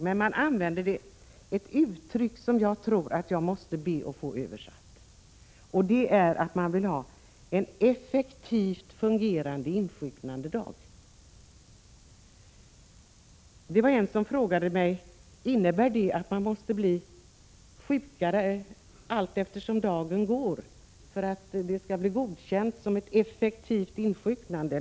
Men man använder ett uttryck som jag måste be att få översatt, nämligen att man vill ha ”en effektivt fungerande insjuknandedag”. Någon frågade mig: Innebär det att man måste bli sjukare allteftersom dagen går för att det skall godkännas som ett effektivt insjuknande?